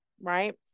Right